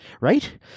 Right